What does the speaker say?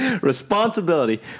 Responsibility